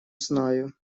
знаю